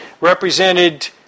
represented